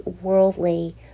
worldly